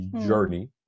journey